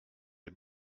les